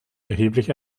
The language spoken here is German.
erheblich